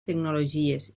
tecnologies